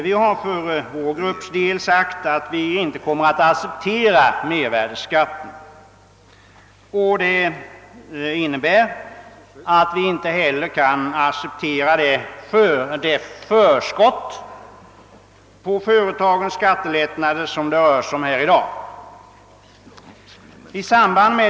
Vi har för vår grupps del sagt att vi inte kommer att acceptera mervärdeskatten, och det innebär att vi inte heller kan acceptera det förskott på företagens skattelättnader som det 1 dag rör sig om.